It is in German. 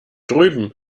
drüben